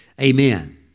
Amen